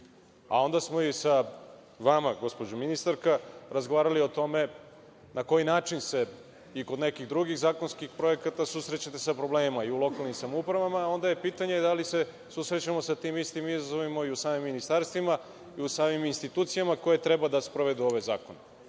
a onda smo i sa vama, gospođo ministarka, razgovarali o tome na koji način se i kod nekih drugih zakonskih projekata susrećete sa problemima i u lokalnim samoupravama, a onda je pitanje – da li se susrećemo sa tim istim izazovima i u samim ministarstvima, i u samim institucijama koje treba da sprovode ove zakone?